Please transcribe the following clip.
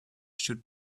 should